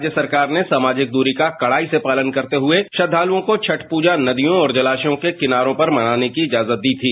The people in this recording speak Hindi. राज्य सरकार ने सामाजिक दूरी का कड़ाई से पालन करते हुए श्रद्धालुओं को छठ पूजा नदियों और जलाशयों के किनारों पर मनाने की इजाजत दी थी